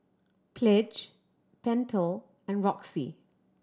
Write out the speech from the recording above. Pledge Pentel and Roxy